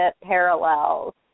parallels